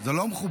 זה לא מכובד.